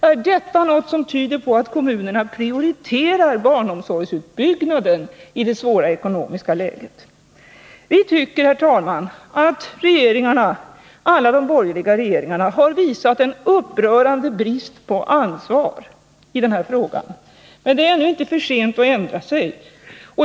Är detta något som tyder på att kommunerna prioriterar barnomsorgsutbyggnaden i det svåra ekonomiska läget? Vi tycker, herr talman, att de borgerliga regeringarna har visat en upprörande brist på ansvar i den här frågan. Men det är ännu inte för sent att ändra sig.